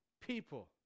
people